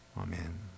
Amen